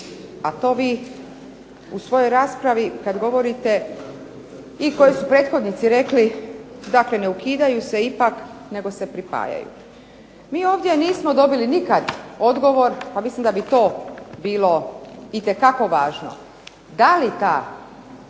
a to vi u svojoj raspravi kad govorite i koji su prethodnici rekli dakle ne ukidaju se ipak, nego se pripajaju. Mi ovdje nismo dobili nikad odgovor, a mislim da bi to bilo itekako važno,